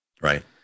Right